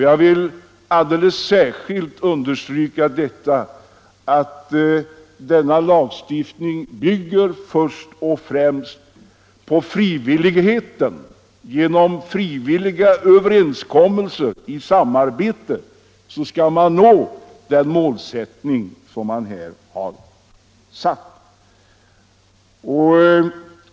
Jag vill alldeles särskilt understryka att Marknadsförings denna lagstiftning bygger först och främst på frivilligheten — genom frivilliga överenskommelser i samarbete skall man nå det mål man här har.